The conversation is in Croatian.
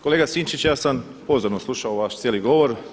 Kolega Sinčić, ja sam pozorno slušao vaš cijeli govor.